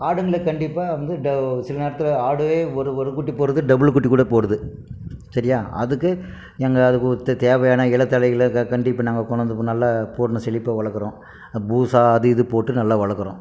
ஆடுங்களுக்கு கண்டிப்பாக வந்து சில நேரத்தில் ஆடே ஒரு ஒரு குட்டி போடுது டபுள் குட்டி கூட போடுது சரியாக அதுக்கு எங்க அதுக்கு ஒருத்தர் தேவையான இலைதழைகளை கண்டு இப்போ நாங்கள் கொணாந்து நல்ல போடணும் செழிப்பாக வளர்குறோம் பூசா அது இது போட்டு நல்லா வளர்குறோம்